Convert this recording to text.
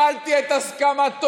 וקיבלתי את ברכתו